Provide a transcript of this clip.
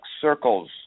circles